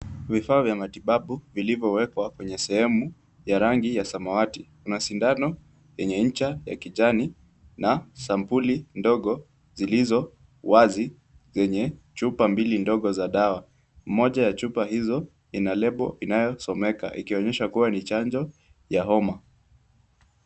Vifaa vya matibabu vilivyowekwa kwenye sehemu ya rangi ya samawati na sindano yenye ncha ya kijani na sampuli ndogo zilizo wazi zenye chupa mbili ndogo za dawa. Moja ya chupa hizo ina lebo inayosomeka ikionyesha kuwa ni chanjo ya homa.